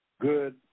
good